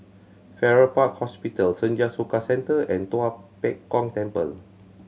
Farrer Park Hospital Senja Soka Centre and Tua Pek Kong Temple